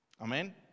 Amen